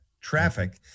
traffic